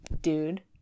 dude